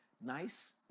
nice